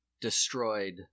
destroyed